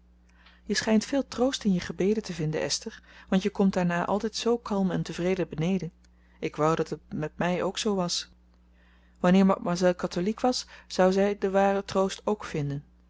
je schijnt veel troost in je gebeden te vinden esther want je komt daarna altijd zoo kalm en tevreden beneden ik wou dat het met mij ook zoo was wanneer mademoiselle katholiek was zou zij den waren troost ook vinden